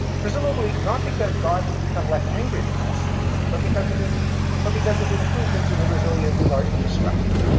presumably not because god has become less angry with us but because of um but because of improvements in the resilience of our infrastructure.